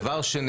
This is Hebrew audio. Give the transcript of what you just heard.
דבר שני,